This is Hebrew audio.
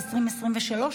בקריאה